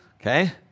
Okay